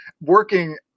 working